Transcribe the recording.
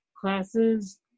classes